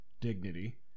dignity